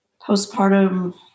postpartum